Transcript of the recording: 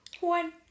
One